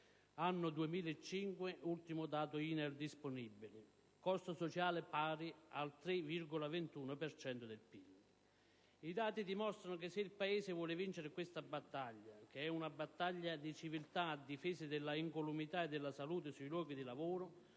(anno 2005, ultimo dato INAIL disponibile), pari al 3,21 per cento del PIL. I dati dimostrano che, se il Paese vuole vincere questa battaglia (che è una battaglia di civiltà a difesa dell'incolumità e della salute sui luoghi di lavoro),